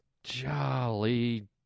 jolly